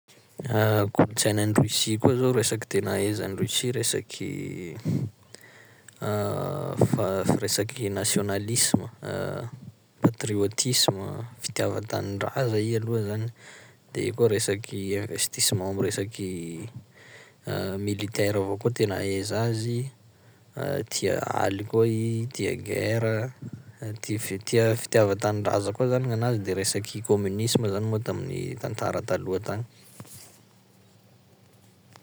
Kolontsaina any Russie koa zao resaky tena ahaiza an'i Russie resaky fa- firesaky nationalisme, patriotisme an, fitiava-tanindraza iha aloha zany, de eo koa resaky investissement am' resaky militaire avao koa tena ahaiza azy, tia aly koa i, tia guerre, ty fitia- fitiava-tanindraza koa zany gn'anazy de resaky communisme zany moa tamin'ny tantara taloha tagny.